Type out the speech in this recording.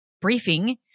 briefing